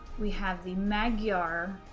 we have the magyar